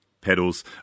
pedals